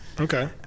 Okay